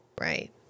Right